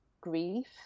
grief